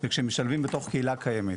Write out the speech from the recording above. זה כשהם משתלבים בתוך קהילה קיימת.